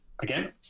again